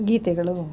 ಗೀತೆಗಳು